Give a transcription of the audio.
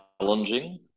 challenging